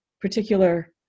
particular